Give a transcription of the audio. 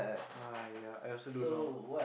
!aiya! I also don't know